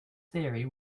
theory